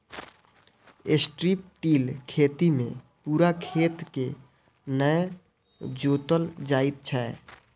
strip till खेती मे पूरा खेत के नै जोतल जाइत छै